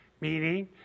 meaning